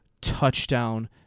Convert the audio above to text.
touchdown